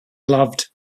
loved